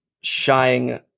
shying